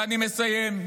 ואני מסיים.